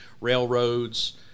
railroads